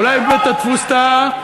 אולי בית-הדפוס טעה?